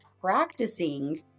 practicing